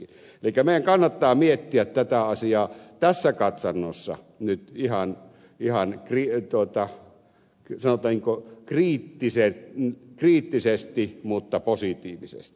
elikkä meidän kannattaa miettiä tätä asiaa tässä katsannossa nyt vihan ja riian tuota liisa taiko ihan sanotaanko kriittisesti mutta positiivisesti